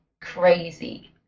crazy